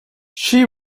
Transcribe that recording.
she